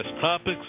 topics